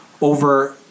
over